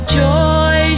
joy